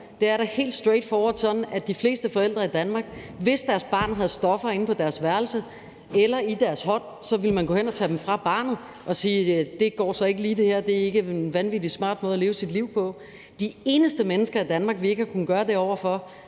Det er da helt straight forward sådan, at de fleste forældre i Danmark, hvis deres barn havde stoffer inde på deres værelse eller i deres hånd, ville man gå hen og tage dem fra barnet og sige: Det her går så ikke lige, det er ikke en vanvittig smart måde at leve sit liv på. De eneste mennesker i Danmark, vi ikke har kunnet gøre det over for,